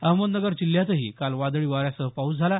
अहमदनगर जिल्ह्यातही काल वादळी वाऱ्यासह पाऊस झाला